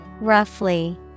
Roughly